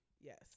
yes